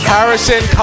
Harrison